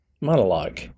monologue